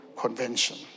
convention